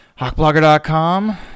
hawkblogger.com